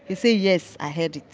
he say, yes, i heard